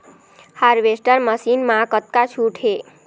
Harvester machine मा कतका छूट हे?